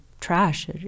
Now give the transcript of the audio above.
trash